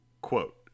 Quote